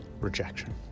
rejection